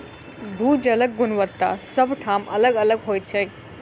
भू जलक गुणवत्ता सभ ठाम अलग अलग होइत छै